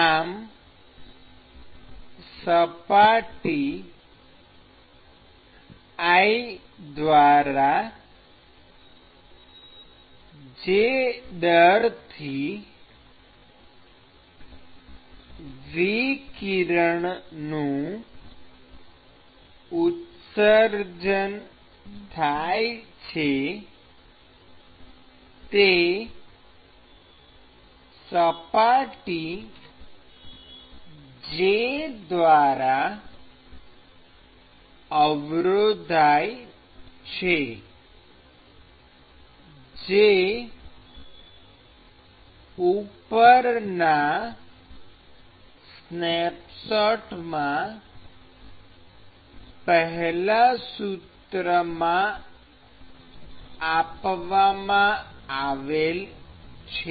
આમ સપાટી i દ્વારા જે દરથી વિકિરણનું ઉત્સર્જન થાય છે તે સપાટી j દ્વારા અવરોધાય છે જે ઉપરના સ્નેપશોટમાં પેહલા સૂત્રમાં આપવામાં આવેલ છે